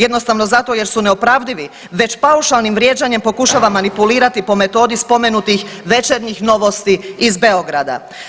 Jednostavno zato jer su neopravdivi, već paušalnim vrijeđanjem pokušava manipulirati po metodi spomenutih večernjih novosti iz Beograda.